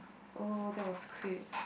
oh that was quick